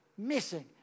Missing